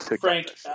Frank